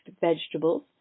vegetables